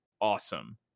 awesome